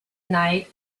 night